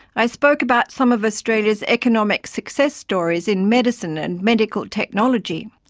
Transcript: i spoke about some of australia's economic success stories in medicine and medical technology.